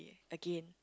again